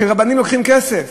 שרבנים לוקחים כסף?